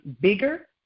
bigger